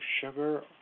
sugar